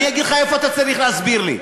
אני אגיד לך איפה אתה צריך להסביר לי,